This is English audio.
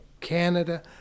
Canada—